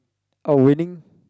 oh willing